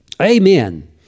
Amen